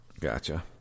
Gotcha